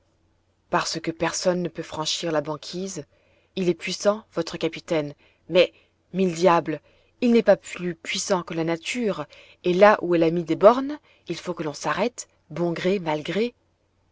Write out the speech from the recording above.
parce que personne ne peut franchir la banquise il est puissant votre capitaine mais mille diables il n'est pas plus puissant que la nature et là où elle a mis des bornes il faut que l'on s'arrête bon gré mal gré